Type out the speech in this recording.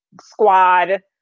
squad